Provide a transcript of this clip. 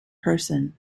person